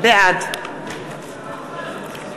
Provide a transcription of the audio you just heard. בעד